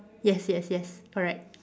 yes yes yes correct